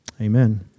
Amen